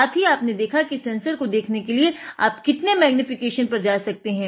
साथ ही आपने देखा कि सेंसर को देखने के लिए आप कितने मैग्नीफीकेशन पर जा सकते है